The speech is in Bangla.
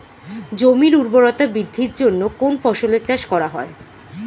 জমির উর্বরতা বৃদ্ধির জন্য কোন ফসলের চাষ করা হয়?